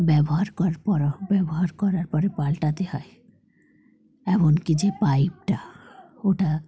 ব্যবহার করার পর ব্যবহার করার পরে পালটাতে হয় এমন কি যে পাইপটা ওটা